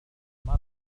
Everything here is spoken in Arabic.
استمر